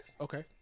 Okay